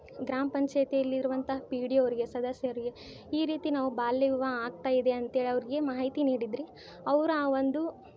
ಗ್ರಾಮ ಪಂಚಾಯಿತಿಯಲ್ಲಿ ಇರುವಂತಹ ಪಿ ಡಿ ಒ ಅವರಿಗೆ ಸದಸ್ಯರಿಗೆ ಈ ರೀತಿ ನಾವು ಬಾಲ್ಯ ವಿವಾಹ ಆಗ್ತಾ ಇದೆ ಅಂತ ಹೇಳಿ ಅವರಿಗೆ ಮಾಹಿತಿ ನೀಡಿದರೆ ಅವ್ರ ಆ ಒಂದು